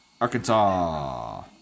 Arkansas